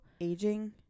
aging